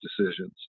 decisions